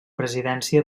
presidència